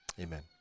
Amen